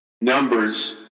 Numbers